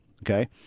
okay